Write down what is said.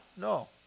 No